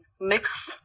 mix